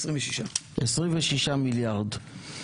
26 מיליארד.